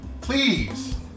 please